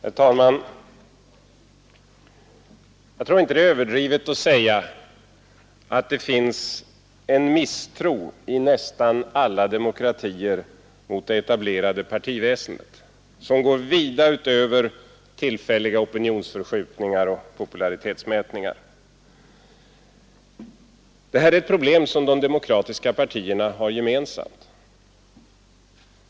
Herr talman! Jag tror inte det är överdrivet att säga att det i nästan alla demokratier finns en misstro mot det etablerade partiväsendet som går vida utöver tillfälliga opinionsförskjutningar och popularitetsmätningar. Detta är ett problem som de demokratiska partierna har gemensamt.